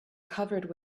covered